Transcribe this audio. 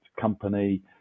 company